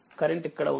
కరెంట్ఇక్కడ ఉంది